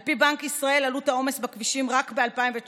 על פי בנק ישראל עלות העומס בכבישים רק ב-2019,